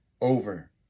over